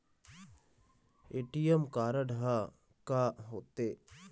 ATM card हा का होते?